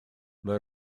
mae